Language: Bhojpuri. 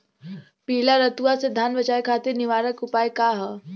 पीला रतुआ से धान बचावे खातिर निवारक उपाय का ह?